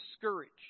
discouraged